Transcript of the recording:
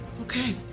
Okay